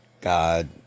God